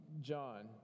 John